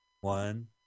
One